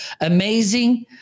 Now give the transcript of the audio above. amazing